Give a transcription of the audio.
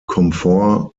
comfort